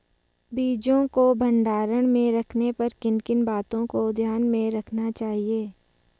बीजों को भंडारण में रखने पर किन किन बातों को ध्यान में रखना चाहिए?